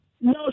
No